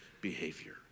behavior